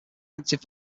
active